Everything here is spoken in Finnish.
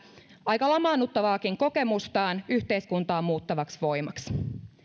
aika lamaannuttavaakin kokemustaan yhteiskuntaa muuttavaksi voimaksi